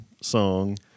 song